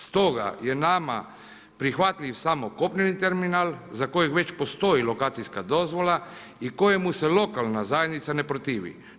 Stoga je nama prihvatljiv samo kopneni terminal, za koje već postoji lokacijska dozvola i kojemu se lokalne zajednice ne protivi.